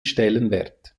stellenwert